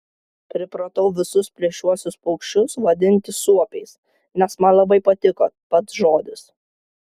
pripratau visus plėšriuosius paukščius vadinti suopiais nes man labai patiko pats žodis